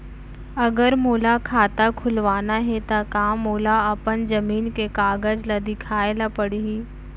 अगर मोला खाता खुलवाना हे त का मोला अपन जमीन के कागज ला दिखएल पढही?